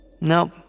Nope